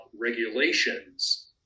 regulations